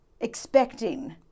expecting